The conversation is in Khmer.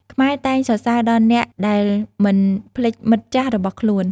ខ្មែរតែងសរសើរដល់អ្នកដែលមិនភ្លេចមិត្តចាស់របស់ខ្លួន។